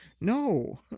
no